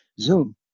Zoom